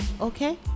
okay